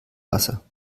wasser